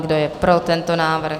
Kdo je pro tento návrh?